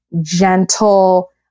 gentle